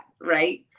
right